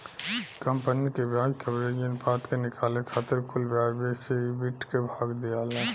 company के ब्याज coverage अनुपात के निकाले खातिर कुल ब्याज व्यय से ईबिट के भाग दियाला